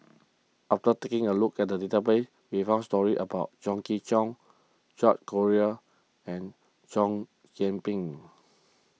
after taking a look at the database we found stories about Chong Kee Hiong George Collyer and Chow Yian Ping